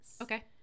Okay